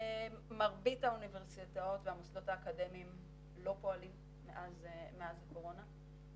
מרבית האוניברסיטאות והמוסדות האקדמיים לא פועלים מאז הקורונה,